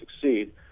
succeed